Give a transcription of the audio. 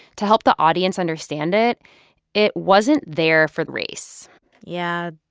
to help the audience understand it it wasn't there for the race yeah.